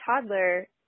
toddler